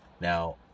now